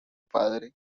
padre